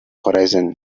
horizon